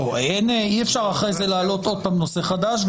אי אפשר אחר כך להעלות עוד פעם נושא חדש.